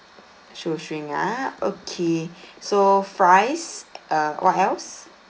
shoestring ah okay so fries uh what else